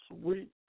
sweet